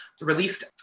released